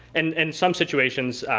and in some situations,